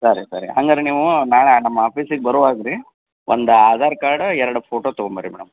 ಸರಿ ಸರಿ ಹಂಗಾದ್ರೆ ನೀವು ನಾಳೆ ನಮ್ಮ ಆಫೀಸಿಗೆ ಬರುವಾಗ ರೀ ಒಂದು ಆಧಾರ್ ಕಾರ್ಡು ಎರಡು ಫೋಟೋ ತೊಗೊಂಬನ್ರಿ ಮೇಡಮ್